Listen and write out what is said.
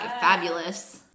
fabulous